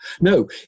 No